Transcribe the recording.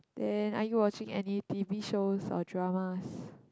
then are you watching any t_v shows or dramas